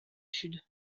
sud